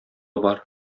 бар